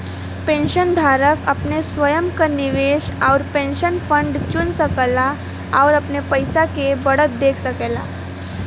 पेंशनधारक अपने स्वयं क निवेश आउर पेंशन फंड चुन सकला आउर अपने पइसा के बढ़त देख सकेला